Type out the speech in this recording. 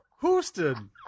Houston